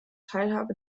teilhabe